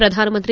ಪ್ರಧಾನಮಂತ್ರಿ